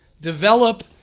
develop